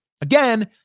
again